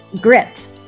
Grit